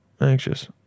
anxious